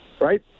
right